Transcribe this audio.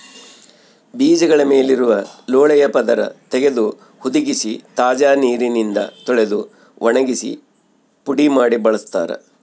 ಬೀಜಗಳ ಮೇಲಿರುವ ಲೋಳೆಯ ಪದರ ತೆಗೆದು ಹುದುಗಿಸಿ ತಾಜಾ ನೀರಿನಿಂದ ತೊಳೆದು ಒಣಗಿಸಿ ಪುಡಿ ಮಾಡಿ ಬಳಸ್ತಾರ